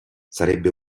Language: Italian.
sarebbe